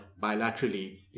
bilaterally